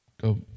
go